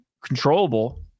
controllable